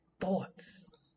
thoughts